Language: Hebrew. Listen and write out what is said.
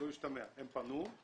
הם פנו.